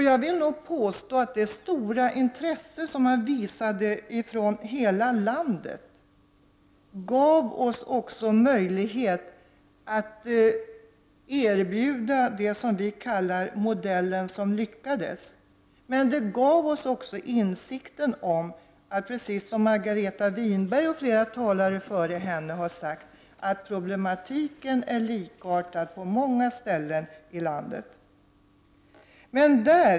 Jag vill nog påstå att det stora intresse som man visade ifrån hela landet också gav oss möjlighet att erbjuda det som vi kallar modellen som lyckades. Men det gav oss också insikten om att — precis som Margareta Winberg och flera talare före henne har sagt — problemen är likartade på många ställen i landet.